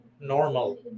normal